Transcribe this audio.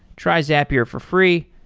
try zapier for free.